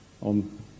On